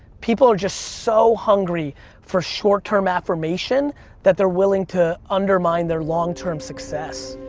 people are just so hungry for short-term affirmation that they're willing to undermine their long-term success.